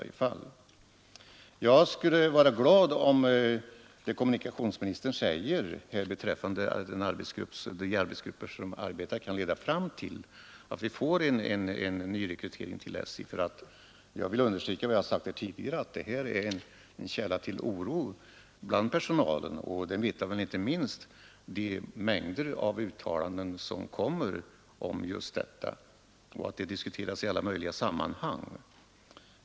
Jag skulle vara glad om det kommunikationsministern säger beträffande arbetsgruppernas verksamhet kan leda fram till att vi får en nyrekrytering till SJ. Som jag sagt här tidigare är denna fråga en källa till oro bland personalen. Därom vittnar väl inte minst mängder av uttalanden i frågan; den diskuteras i olika sammanhang.